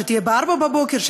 שתהיה בארבע בבוקר,